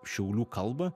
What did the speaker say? šiaulių kalbą